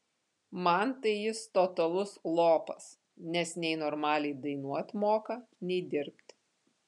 man tai jis totalus lopas nes nei normaliai dainuot moka nei dirbt